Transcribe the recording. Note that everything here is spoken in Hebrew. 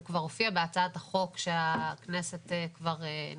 הוא כבר הופיע בהצעת החוק שהכנסת ניסחה,